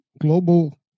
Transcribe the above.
global